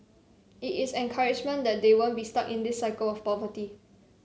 it is encouragement that they won't be stuck in this cycle of poverty